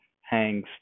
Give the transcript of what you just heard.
hangs